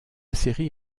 série